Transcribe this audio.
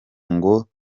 ngo